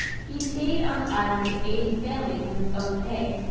he stayed on the island to aid the family from his own pay,